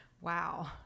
wow